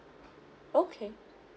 okay